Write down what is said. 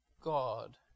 God